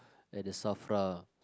at the Safra